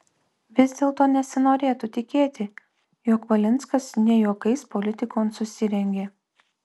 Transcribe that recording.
vis dėlto nesinorėtų tikėti jog valinskas ne juokais politikon susirengė